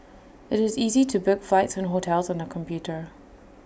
IT is easy to book flights and hotels on the computer